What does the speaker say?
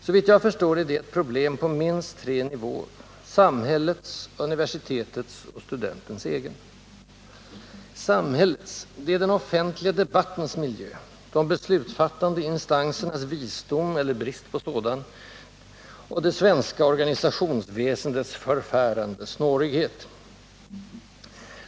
Såvitt jag förstår är det ett problem på minst tre nivåer: samhällets, universitetets och studentens egen. Samhällets — det är den offentliga debattens miljö, de beslutsfattande instansernas visdom eller brist på sådan och det svenska organisationsväsendets förfärande snårighet.